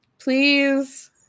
please